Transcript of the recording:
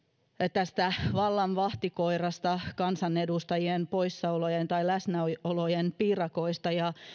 tästä vallan vahtikoirasta kansanedustajien poissaolojen tai läsnäolojen piirakoista ja